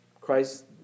Christ